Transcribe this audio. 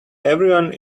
everyone